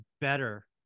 better